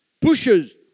pushes